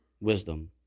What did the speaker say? wisdom